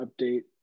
update